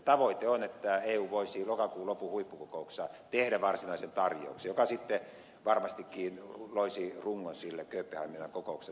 tavoite on että eu voisi lokakuun lopun huippukokouksessa tehdä varsinaisen tarjouksen joka sitten varmastikin loisi rungon sille kööpenhaminan kokouksessa tehtävälle päätökselle